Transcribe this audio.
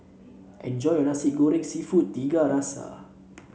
enjoy your nasi gooding seafood Tiga Rasa